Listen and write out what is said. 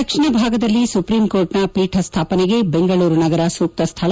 ದಕ್ಷಿಣ ಭಾಗದಲ್ಲಿ ಸುಪ್ರೀಂ ಕೋರ್ಟ್ನ ಪೀಠ ಸ್ಥಾಪನೆಗೆ ಬೆಂಗಳೂರು ನಗರ ಸೂಕ್ತ ಸ್ಥಳ